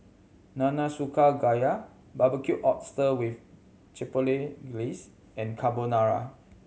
Nanakusa Gayu Barbecued Oyster with Chipotle Glaze and Carbonara